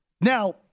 Now